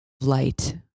light